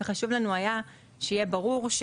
חשוב היה לנו שיהיה ברור,